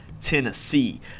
Tennessee